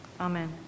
Amen